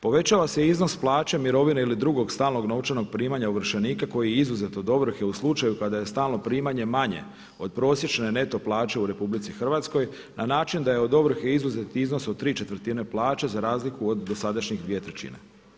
Povećava se iznos plaće, mirovine ili drugog stalnog novčanog primanja ovršenika koji je izuzet od ovrhe u slučaju kada je stalno primanje manje od prosječne neto plaće u RH na način da je od ovrhe izuzet iznos od tri četvrtine plaće za razliku od dosadašnjih dvije trećine.